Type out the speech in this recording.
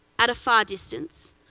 at a far distance,